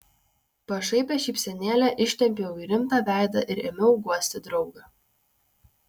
pašaipią šypsenėlę ištempiau į rimtą veidą ir ėmiau guosti draugą